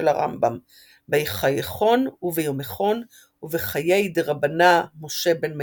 הרמב"ם "בחייכון וביומיכון ובחיי דרבנא משה בן מימון",